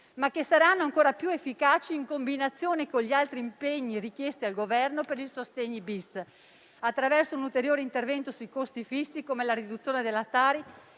ma che saranno ancora più efficaci in combinazione con gli altri impegni richiesti al Governo per il provvedimento sostegni-*bis* attraverso un ulteriore intervento sui costi fissi come la riduzione della Tassa